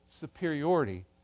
superiority